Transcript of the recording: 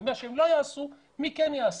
ומי כן יעשה?